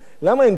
למה אין פליטים?